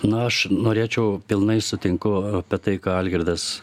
na aš norėčiau pilnai sutinku apie tai ką algirdas